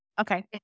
Okay